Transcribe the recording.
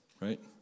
Right